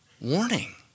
warning